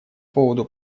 поводу